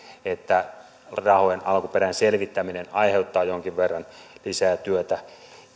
että rahojen alkuperän selvittäminen aiheuttaa jonkin verran lisää työtä